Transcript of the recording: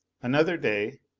another day.